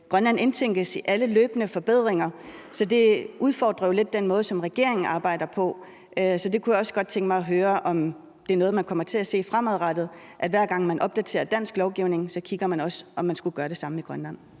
Grønland indtænkes i alle løbende forbedringer, og det udfordrer jo lidt den måde, som regeringen arbejder på. Jeg kunne også godt tænke mig at høre, om man fremadrettet kommer til at se, at hver gang man opdaterer dansk lovgivning, ser man også på, om man skulle gøre det samme i Grønland.